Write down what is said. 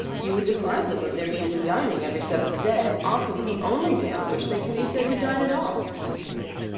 you would deprive them of their means of dining every seventh day, often the only day on which they can be said to dine at all, said scrooge.